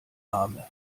arme